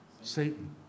Satan